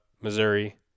Missouri